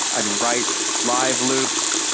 i'd write live loops.